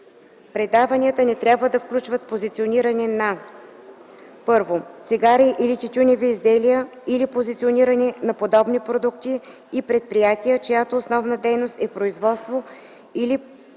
Предаванията не трябва да включват позициониране на: 1. цигари или тютюневи изделия или позициониране на подобни продукти и предприятия, чиято основна дейност е производството или продажбата